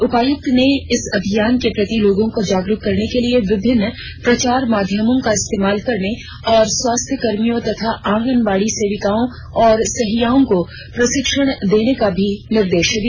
उपायुक्त ने इस अभियान के प्रति लोगों को जागरुक करने के लिए विभिन्न प्रचार माध्यमों का इस्तेमाल करने और स्वास्थ्यकर्मियों तथा आंगनबाड़ी सेविकाओं और सहियाओं को प्रशिक्षण देने का भी निर्देश दिया